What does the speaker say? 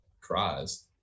cries